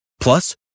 Plus